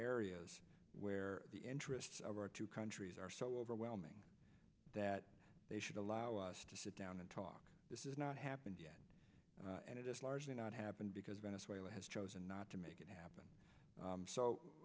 areas where the interests of our two countries are so overwhelming that they should allow us to sit down and talk this is not happened yet and it is largely not happened because venezuela has chosen not to make it happen